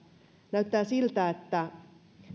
näyttää siltä että